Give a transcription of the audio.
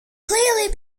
clearly